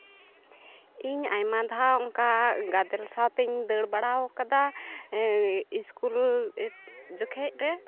ᱤᱧ ᱟᱭᱢᱟ ᱫᱷᱟᱣ ᱚᱱᱠᱟ ᱜᱟᱫᱮᱞ ᱥᱟᱶᱛᱤᱧ ᱫᱟᱹᱲ ᱵᱟᱲᱟᱣ ᱠᱟᱫᱟ ᱤᱥᱠᱩᱞ ᱡᱚᱠᱷᱮᱱ ᱨᱮ